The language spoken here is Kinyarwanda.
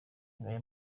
ngaya